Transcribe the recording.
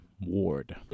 Ward